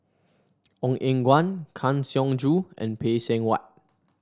Ong Eng Guan Kang Siong Joo and Phay Seng Whatt